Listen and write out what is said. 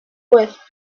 worth